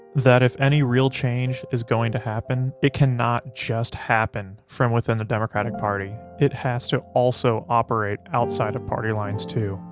that if any real change is going to happen, it cannot just happen from within the democratic party, it has to also operate outside of party lines too.